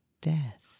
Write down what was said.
death